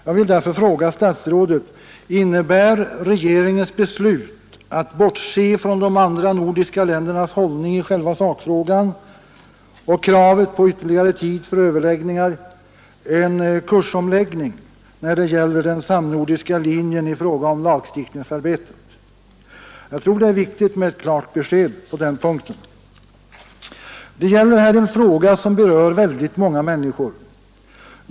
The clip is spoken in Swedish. Jag vill därför fråga statsrådet: Innebär regeringens beslut att bortse från de andra nordiska ländernas hållning i själva sakfrågan och kravet på ytterligare tid för överläggningar en kursomläggning när det gäller den samnordiska linjen i fråga om lagstiftningsarbetet ?— Jag tror det är viktigt med ett klart besked på den punkten. Detta är en fråga som berör väldigt många människor.